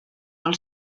del